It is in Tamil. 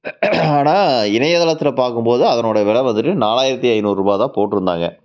ஆனால் இணையத்தளத்தில் பார்க்கும் போது அதனோட வெலை வந்துவிட்டு நாலாயிரத்தி ஐநூறுரூபா தான் போட்டிருந்தாங்க